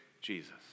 Jesus